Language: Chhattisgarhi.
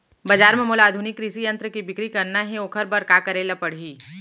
बजार म मोला आधुनिक कृषि यंत्र मन के बिक्री करना हे ओखर बर का करे ल पड़ही?